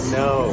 no